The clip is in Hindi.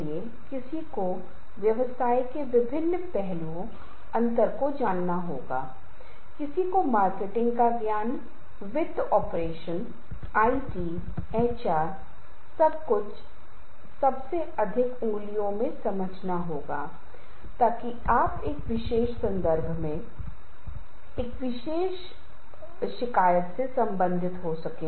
अगर वहां की स्थिति ऐसी है कि हम टाल नहीं सकते अगर स्थिति यह है कि हमें बल की जरूरत नहीं है तो बल की जरूरत नहीं है अगर स्थिति ऐसी है कि हम इसे समायोजित नहीं कर सकते हैं तो समायोजित न करें लेकिन अगर शांति के साथ यदि आप समझते हैं कि नही हम प्रबंधित कर सकते हैं